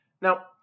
Now